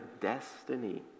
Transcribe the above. destiny